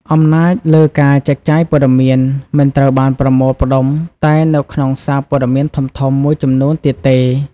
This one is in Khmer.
អំណាចលើការចែកចាយព័ត៌មានមិនត្រូវបានប្រមូលផ្តុំតែនៅក្នុងសារព័ត៌មានធំៗមួយចំនួនទៀតទេ។